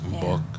book